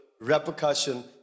repercussion